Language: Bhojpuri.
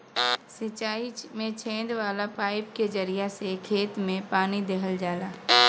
सिंचाई में छेद वाला पाईप के जरिया से खेत में पानी देहल जाला